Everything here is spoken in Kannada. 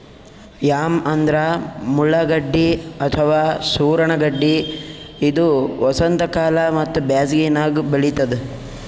ಯಾಮ್ ಅಂದ್ರ ಮುಳ್ಳಗಡ್ಡಿ ಅಥವಾ ಸೂರಣ ಗಡ್ಡಿ ಇದು ವಸಂತಕಾಲ ಮತ್ತ್ ಬ್ಯಾಸಿಗ್ಯಾಗ್ ಬೆಳಿತದ್